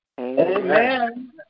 Amen